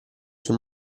sul